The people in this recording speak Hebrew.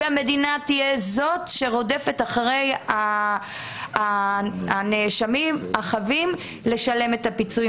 והמדינה תהיה זאת שרודפת אחרי הנאשמים החבים לשלם את הפיצויים,